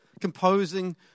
composing